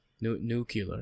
Nuclear